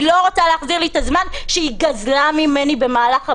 היא לא רוצה להחזיר לי את הזמן שהיא גזלה ממני במהלך הבחינה.